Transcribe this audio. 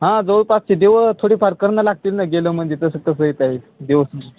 हा जवळपासची देवं थोडी फार करणं लागतील ना गेलं म्हणजे तसं कसं आहे काय आहे दिवस